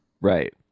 Right